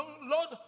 Lord